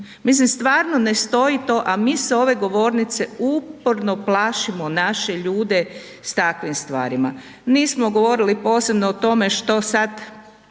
Mislim stvarno ne stoji to, a mi s ove govornice uporno plašimo naše ljude s takvim stvarima. Nismo govorili posebno o tome što sad